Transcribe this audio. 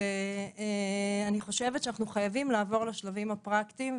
אני חושבת שאנחנו חייבים לעבור לשלבים הפרקטיים,